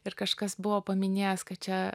ir kažkas buvo paminėjęs kad čia